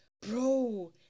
bro